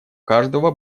каждого